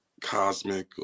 cosmic